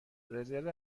رزرو